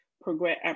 progress